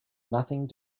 nothing